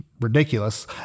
ridiculous